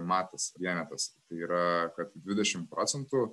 matas vienetas tai yra kad dvidešimt procentų